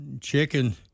chicken